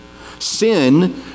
Sin